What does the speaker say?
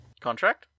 Contract